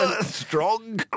Strong